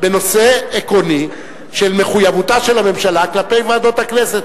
כדי לדון בנושא עקרוני של מחויבותה של הממשלה כלפי ועדות הכנסת.